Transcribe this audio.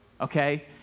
okay